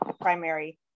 primary